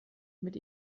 mit